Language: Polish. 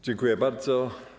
Dziękuję bardzo.